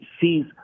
sees